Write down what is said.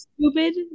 stupid